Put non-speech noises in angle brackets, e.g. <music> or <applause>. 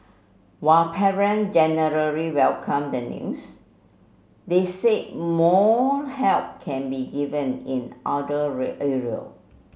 while parent generally welcomed the news they said more help can be given in other <unintelligible> area